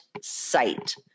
site